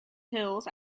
hills